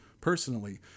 personally